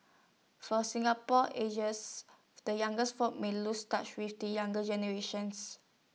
so Singapore ages the youngest folk may lose touch with the younger generation